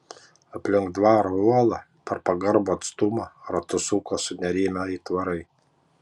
aplink dvaro uolą per pagarbų atstumą ratus suko sunerimę aitvarai